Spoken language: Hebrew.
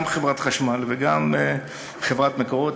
גם חברת החשמל וגם חברת "מקורות",